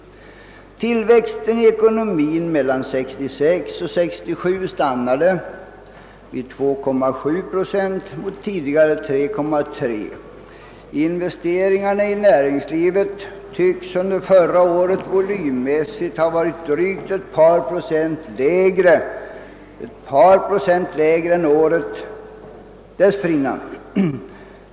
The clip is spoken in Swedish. Tillväxten i ekonomin mellan 1966 och 1967 stannade vid 2,7 procent mot tidigare 3,3 procent. Investeringarna i näringslivet tycks under förra året volymmässigt ha varit drygt ett par procent lägre än året dessförinnan.